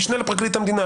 משנה לפרקליט המדינה?